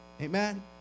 Amen